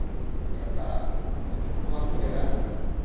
ᱪᱷᱟᱛᱟ ᱱᱚᱣᱟ ᱠᱚ ᱡᱟᱭᱜᱟ